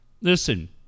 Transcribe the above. listen